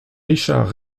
richard